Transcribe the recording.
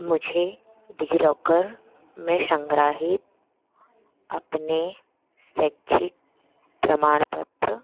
मुझे डिजिलॉकर में संग्रहित अपने शैक्षणिक प्रमाणपत्र